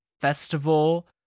festival